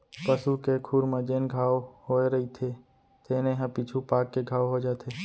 पसू के खुर म जेन घांव होए रइथे तेने ह पीछू पाक के घाव हो जाथे